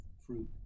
fruit